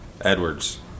Edwards